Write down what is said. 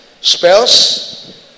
spells